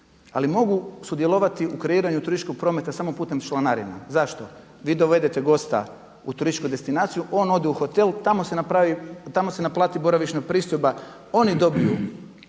Ali mogu sudjelovati u kreiranju turističkog prometa samo putem članarina. Zašto? Vi dovedete gosta u turističku destinaciju, on ode u hotel, tamo se naplati boravišna pristojba. Oni dobiju